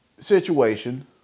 situation